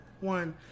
one